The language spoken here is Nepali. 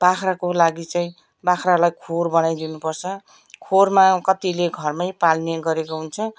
बाख्राको लागि चाहिँ बाख्रालाई खोर बनाइदिनु पर्छ खोरमा कतिले घरमै पाल्ने गरेको हुन्छ